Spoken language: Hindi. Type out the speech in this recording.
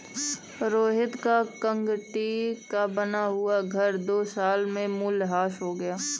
रोहित का कंक्रीट का बना हुआ घर दो साल में मूल्यह्रास हो गया